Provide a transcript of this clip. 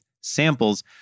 samples